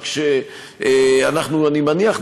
רק שאני מניח,